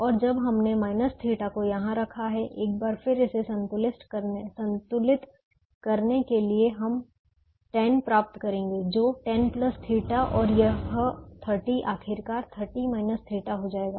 और जब हमने θ को यहां रखा है एक बार फिर इसे संतुलित करने के लिए हम 10 प्राप्त करेंगे जो 10 θ और यह 30 आखिरकार 30 θ हो जाएगा